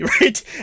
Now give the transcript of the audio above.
right